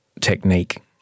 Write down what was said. technique